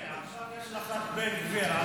עכשיו יש לך את בן גביר.